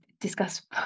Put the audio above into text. discuss